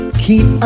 keep